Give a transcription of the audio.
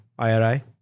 IRI